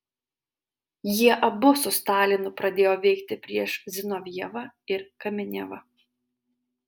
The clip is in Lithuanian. jie abu su stalinu pradėjo veikti prieš zinovjevą ir kamenevą